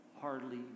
hardly